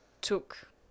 took